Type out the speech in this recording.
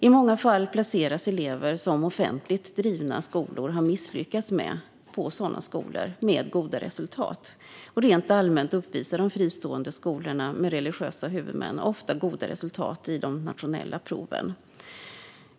I många fall placeras elever som offentligt drivna skolor har misslyckats med på sådana skolor med goda resultat. Rent allmänt uppvisar de fristående skolorna med religiösa huvudmän ofta goda resultat i de nationella proven.